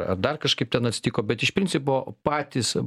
ar dar kažkaip ten atsitiko bet iš principo patys